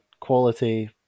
quality